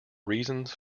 reasons